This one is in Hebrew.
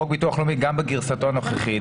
חוק ביטוח לאומי גם בגרסתו הנוכחית,